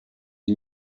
the